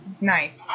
Nice